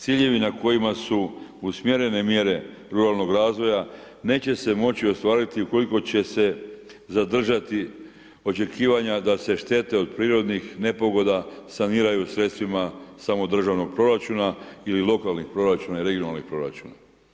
Ciljevi na kojima su usmjerene mjere ruralnog razvoja neće se moći ostvariti ukoliko će se zadržati očekivanja da se štete od prirodnih nepogoda saniraju sredstvima samo državnog proračuna ili lokalnih i regionalnih proračuna.